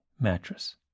mattress